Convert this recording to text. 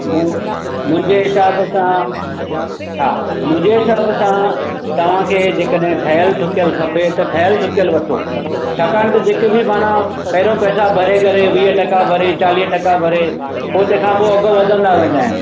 मुंहिंजे हिसाब सां हा मुंहिंजे हिसाब सां तव्हांखे जेकॾहिं ठहियलु ठुकियलु खपे त ठहियलु ठुकियलु वठो छकाणि त जेके बि पाण पहिरियोंं पैसा भरे करे वीह टका भरे चालीह टका भरे पोइ तंहिंखां पोइ अघि वधंदा वेंदा आहिनि